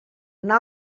una